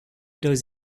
does